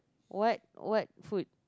what what food